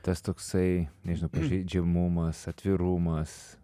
tas toksai nežinau pažeidžiamumas atvirumas